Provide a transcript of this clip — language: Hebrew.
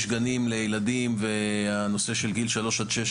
יש גנים לילדים והנושא של גיל שלוש עד שש,